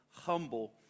humble